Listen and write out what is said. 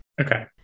okay